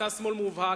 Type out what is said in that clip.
אתה שמאל מובהק,